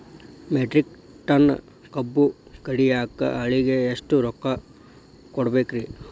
Metric tonne ಕಬ್ಬು ಕಡಿಯಾಕ ಆಳಿಗೆ ಎಷ್ಟ ರೊಕ್ಕ ಕೊಡಬೇಕ್ರೇ?